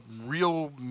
real